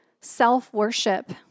self-worship